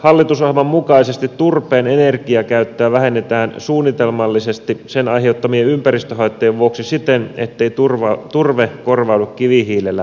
hallitusohjelman mukaisesti turpeen energiakäyttöä vähennetään suunnitelmallisesti sen aiheuttamien ympäristöhaittojen vuoksi siten ettei turve korvaudu kivihiilellä